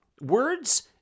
Words